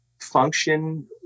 function